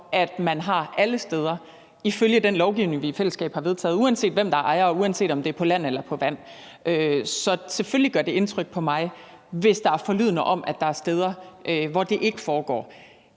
for man har alle steder ifølge den lovgivning, vi i fællesskab har vedtaget, uanset hvem der er ejer, og uanset om det er på land eller på vand. Så selvfølgelig gør det indtryk på mig, hvis der er forlydender om, at der er steder, hvor man ikke har